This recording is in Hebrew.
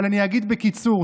אבל אני אגיד בקיצור.